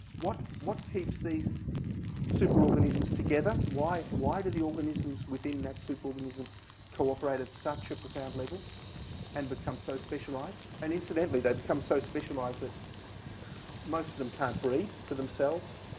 what what keeps these superorganisms together? why why do the organisms within that superorganism cooperate at such a profound level and become so specialized? and incidentally, they become so specialized that most of them can't breed for themselves.